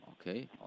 okay